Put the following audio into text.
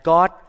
God